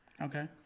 Okay